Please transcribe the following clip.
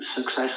success